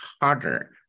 harder